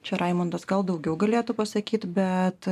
čia raimundas gal daugiau galėtų pasakyt bet